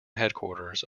headquarters